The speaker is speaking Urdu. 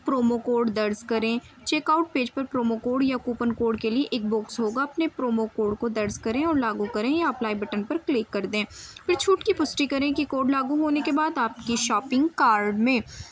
پرومو کوڈ درج کریں چیک آؤٹ پیج پر پرومو کوڈ یا کوپن کوڈ کے لیے ایک باکس ہوگا اپنے پرومو کوڈ کو درج کریں اور لاگو کریں یا اپلائی بٹن پر کلک کر دیں پھر چھوٹ کی پشٹی کریں کہ کوڈ لاگو ہونے کے بعد آپ کی شاپنگ کارڈ میں